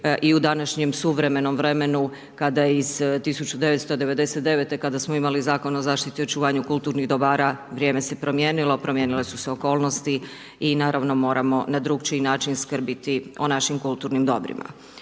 i u današnjem suvremenom vremenu kada iz 1999. kada smo imali Zakon o zaštiti i očuvanju kulturnih dobara, vrijeme se promijenilo, promijenile su se okolnosti i naravno moramo na drukčiji način skrbiti o našim kulturnim dobrima.